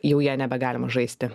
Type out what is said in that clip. jau ja nebegalima žaisti